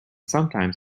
sometimes